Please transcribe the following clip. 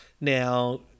now